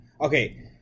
Okay